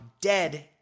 dead